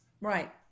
Right